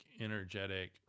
energetic